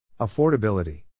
Affordability